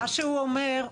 מה שהוא אומר,